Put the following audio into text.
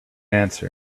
answer